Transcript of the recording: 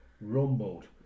rumbled